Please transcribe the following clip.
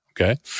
Okay